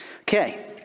Okay